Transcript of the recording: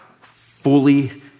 fully